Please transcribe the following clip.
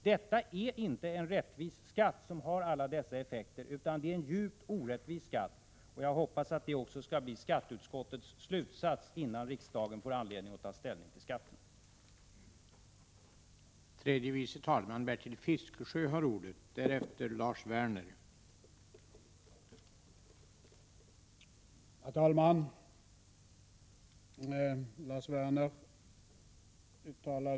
Det är inte en rättvis skatt som har alla dessa effekter, utan den är djupt orättvis. Jag hoppas att detta också blir skatteutskottets slutsats, innan riksdagen får anledning att ta ställning till denna skatt.